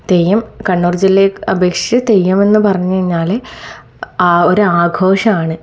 തെയ്യം കണ്ണൂർ ജില്ലയെ അപേക്ഷിച്ച് തെയ്യമെന്നു പറഞ്ഞു കഴിഞ്ഞാൽ ആ ഒരു ആഘോഷമാണ്